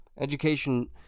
Education